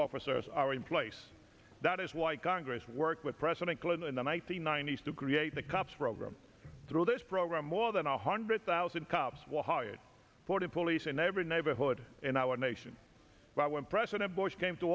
officers are in place that is why congress work with president clinton the night the ninety's to create the cops program through this program more than a hundred thousand cops were hired for the police in every neighborhood in our nation but when president bush came to